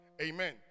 Amen